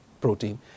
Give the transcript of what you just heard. protein